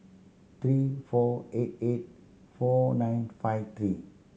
three four eight eight four nine five three